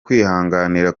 kwihanganira